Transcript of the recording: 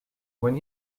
when